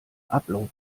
upload